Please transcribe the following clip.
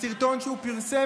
בסרטון שהוא פרסם,